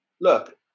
look